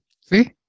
see